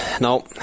No